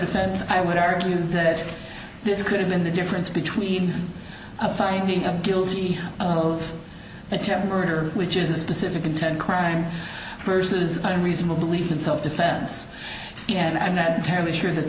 defense i would argue that this could have been the difference between a finding of guilty of attempted murder which is a specific intent crime versus a reasonable belief in self defense and i'm not entirely sure that